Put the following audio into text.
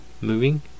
moving